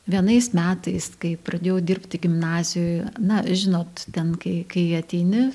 vienais metais kai pradėjau dirbti gimnazijoj na žinot ten kai kai ateini